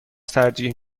ترجیح